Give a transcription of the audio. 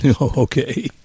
Okay